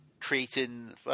creating